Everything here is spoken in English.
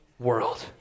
world